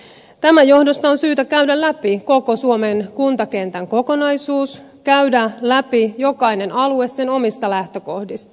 tämän johdosta on syytä käydä läpi koko suomen kuntakentän kokonaisuus käydä läpi jokainen alue sen omista lähtökohdista